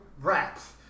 raps